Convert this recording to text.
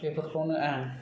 बेफोरखौनो आं